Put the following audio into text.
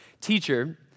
Teacher